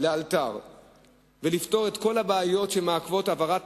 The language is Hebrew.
לאלתר ולפתור את כל הבעיות שמעכבות העברת